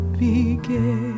begin